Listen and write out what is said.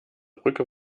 brücke